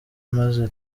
maze